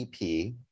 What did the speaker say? EP